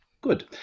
Good